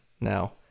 Now